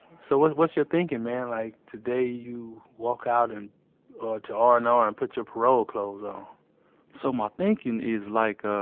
so what's what's your thinking, man? like, today you walk out and ah to r and r and put your parole clothes on um so, my thinking is like, ah,